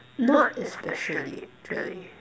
not especially actually